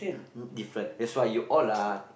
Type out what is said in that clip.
different that's why you all lah